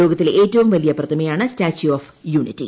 ലോകത്തിലെ ഏറ്റവും വലിയപ്രതിമയ്ാണ് സ്റ്റാച്ച്യൂ ഓഫ് യൂണിറ്റി